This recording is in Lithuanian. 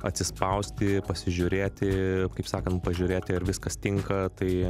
atsispausti pasižiūrėti kaip sakant pažiūrėti ar viskas tinka tai